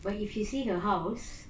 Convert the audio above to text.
but if you see her house